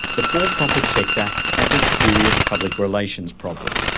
the for-profit sector has a serious public relations problem.